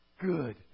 good